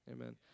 Amen